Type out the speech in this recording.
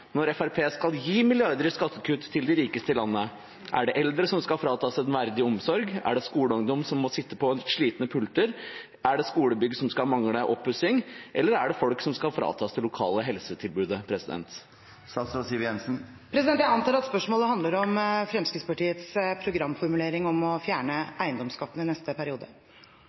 når Fremskrittspartiet skal gi milliarder i skattekutt til de rikeste i landet. Er det eldre som skal fratas en verdig omsorg? Er det skoleungdom som må sitte på slitne pulter? Er det skolebygg som vil mangle oppussing? Eller er det folk som skal fratas det lokale helsetilbudet? Jeg antar at spørsmålet handler om Fremskrittspartiets programformulering om å fjerne eiendomsskatten i neste periode.